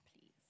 please